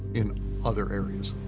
in other areas.